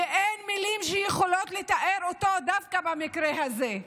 ואין מילים שיכולות לתאר אותו דווקא במקרה הזה.